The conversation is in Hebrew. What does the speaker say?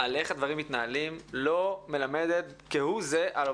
על איך הדברים מתנהלים לא מלמדת כהוא זה על מה